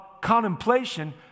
contemplation